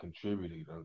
contributed